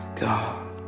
God